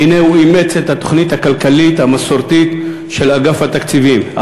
והנה הוא אימץ את התוכנית הכלכלית המסורתית של אגף התקציבים,